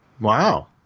Wow